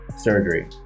Surgery